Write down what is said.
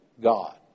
God